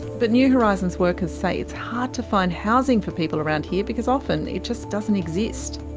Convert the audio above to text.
but new horizons workers say it's hard to find housing for people around here, because often. it just doesn't exist.